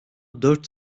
dört